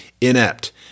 inept